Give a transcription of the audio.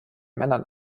männern